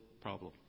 problem